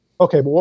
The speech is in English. Okay